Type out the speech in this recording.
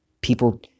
People